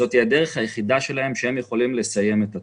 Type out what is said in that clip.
זו הדרך היחידה שלהם לסיים את התואר.